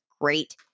great